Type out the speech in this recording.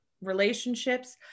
relationships